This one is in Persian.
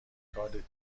کارد